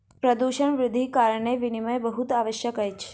प्रदूषण वृद्धिक कारणेँ वनीकरण बहुत आवश्यक अछि